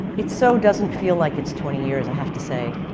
it so doesn't feel like it's twenty years, i have to say.